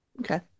okay